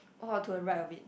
oh to the right of it